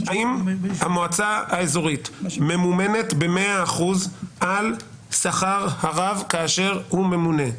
האם המועצה האזורית ממומנת במאה אחוז על שכר הרב כאשר הוא ממונה?